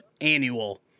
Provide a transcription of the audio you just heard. annual